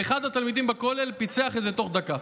ואחד התלמידים בכולל פיצח את זה תוך דקה.